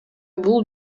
бул